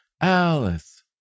Alice